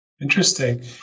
Interesting